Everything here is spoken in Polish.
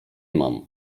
mam